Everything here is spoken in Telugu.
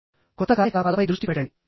కొత్త కార్యకలాపాలపై దృష్టి పెట్టండి